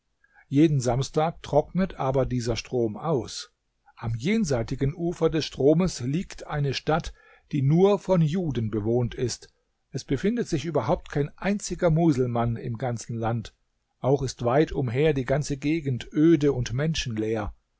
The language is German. jeden samstag trocknet aber dieser strom aus am jenseitigen ufer des stromes liegt eine stadt die nur von juden bewohnt ist es befindet sich überhaupt kein einziger muselmann im ganzen land auch ist weit umher die ganze gegend öde und menschenleer